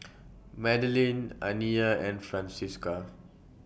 Madelene Aniyah and Francisca